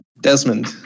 Desmond